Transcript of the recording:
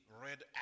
red